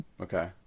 Okay